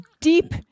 deep